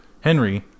Henry